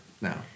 now